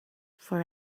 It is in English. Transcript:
for